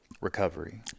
recovery